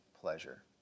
pleasure